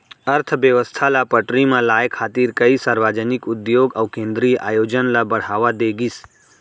अर्थबेवस्था ल पटरी म लाए खातिर कइ सार्वजनिक उद्योग अउ केंद्रीय आयोजन ल बड़हावा दे गिस